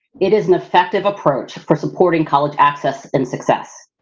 it is an effective approach for supporting college access and success.